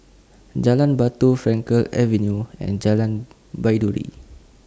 Jalan Batu Frankel Avenue and Jalan Baiduri